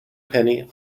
penny